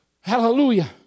Hallelujah